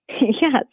Yes